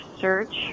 search